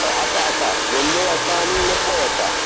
आसा आसा वेल्ल्योय आसा आनी लेपोय आसा